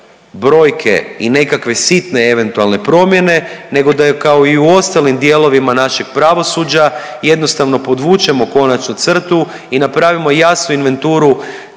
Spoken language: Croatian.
brojke i nekakve sitne eventualne promjene nego da kao i u ostalim dijelovima našeg pravosuđa jednostavno podvučemo konačnu crtu i napravimo jasnu inventuru